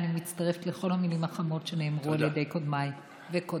אני מצטרפת לכל המילים החמות שאמרו קודמיי וקודמותיי.